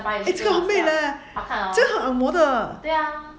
这个很 fit eh 这个很 angmoh 的